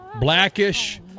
Blackish